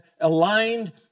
aligned